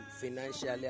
financially